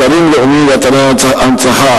אתרים לאומיים ואתרי הנצחה,